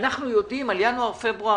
אנחנו יודעים על ינואר-פברואר,